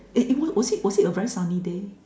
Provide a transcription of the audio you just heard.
eh it was was it a very sunny day